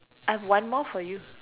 I've one more for you